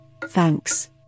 thanks